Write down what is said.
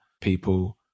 people